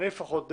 אני לפחות,